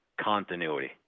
continuity